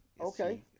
Okay